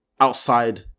outside